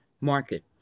market